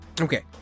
Okay